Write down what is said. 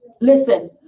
Listen